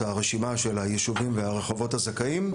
הרשימה של היישובים והרחובות הזכאים,